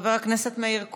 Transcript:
חבר הכנסת מאיר כהן,